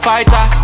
Fighter